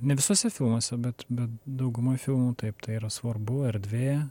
ne visuose filmuose bet bet daugumoj filmų taip tai yra svarbu erdvė